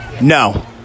No